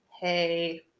hey